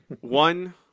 One